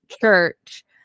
church